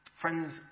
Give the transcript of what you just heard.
Friends